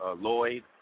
Lloyd